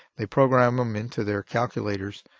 they program them into their calculators.